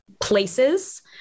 places